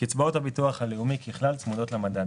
קצבאות הביטוח הלאומי ככלל צמודות למדד,